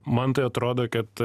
man tai atrodo kad